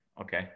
okay